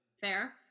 Fair